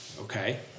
okay